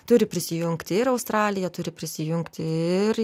turi prisijungti ir australija turi prisijungti ir